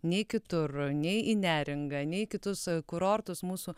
nei kitur nei į neringą nei kitus kurortus mūsų